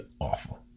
awful